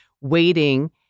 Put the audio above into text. waiting